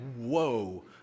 whoa